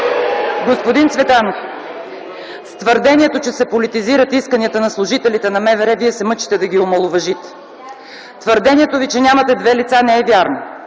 Господин Цветанов, твърдението, че се политизират исканията на служителите на МВР, Вие се мъчите да ги омаловажите. Твърдението Ви, че нямате две лица, не е вярно.